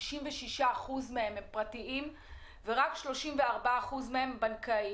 כאשר 66% מהם הם פרטיים ורק 34% מהם בנקאיים.